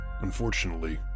Unfortunately